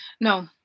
No